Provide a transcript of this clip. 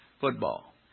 football